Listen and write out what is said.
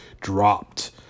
dropped